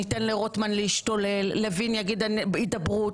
ניתן לרוטמן להשתולל לוין יגיד הידברות,